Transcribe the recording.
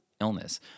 illness